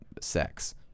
sex